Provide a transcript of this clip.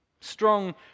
Strong